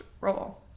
role